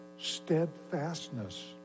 steadfastness